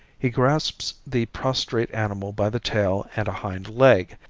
he grasps the prostrate animal by the tail and a hind leg,